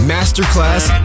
Masterclass